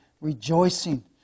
rejoicing